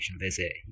visit